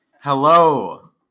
Hello